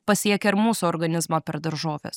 pasiekia ir mūsų organizmą per daržoves